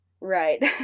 Right